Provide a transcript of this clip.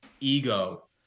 ego